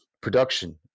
production